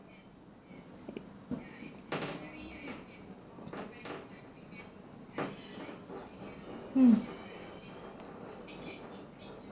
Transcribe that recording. mm